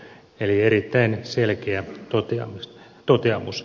eli erittäin selkeä toteamus